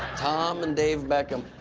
um and dave beckham.